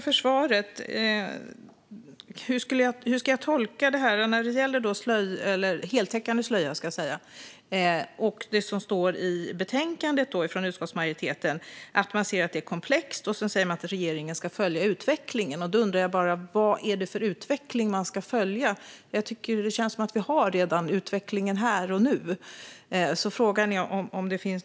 Fru talman! Tack för svaret! Hur ska jag tolka det som står i betänkandet från utskottsmajoriteten? Man säger att det är komplext och att regeringen ska följa utvecklingen. Vad är det för utveckling man ska följa, undrar jag. Jag tycker att det känns som om utvecklingen redan är här och nu.